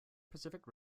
pacific